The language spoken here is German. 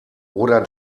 oder